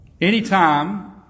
Anytime